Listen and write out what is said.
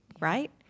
right